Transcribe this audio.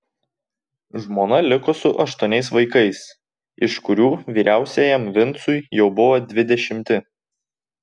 žmona liko su aštuoniais vaikais iš kurių vyriausiajam vincui jau buvo dvidešimti